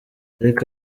ariko